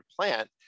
plant